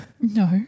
No